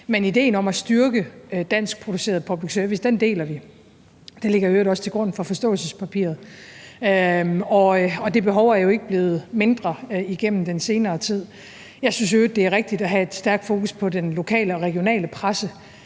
Men idéen om at styrke danskproduceret public service deler vi. Det ligger i øvrigt også til grund for forståelsespapiret, og det behov er jo ikke blevet mindre igennem den senere tid. Jeg synes i øvrigt, det er rigtigt at have et stærkt fokus på den lokale og regionale presse,